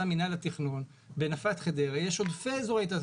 מינהל התכנון בנפת חדרה יש עודפי אזורי תעסוקה.